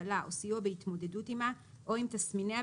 הקלה או סיוע בהתמודדות עימה או עם תסמיניה,